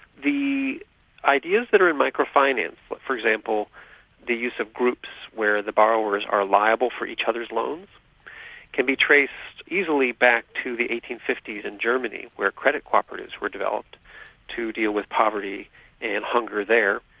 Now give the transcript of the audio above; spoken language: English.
the ideas that are in microfinance but for example the use of groups where the borrowers are liable for each other's loans can be traced easily back to the eighteen fifty s in germany where credit cooperatives were developed to deal with poverty and hunger there,